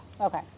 okay